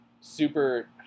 super